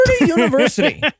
University